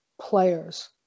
players